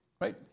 Right